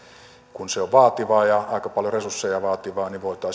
kun se on vaativaa ja aika paljon resursseja vaativaa sitä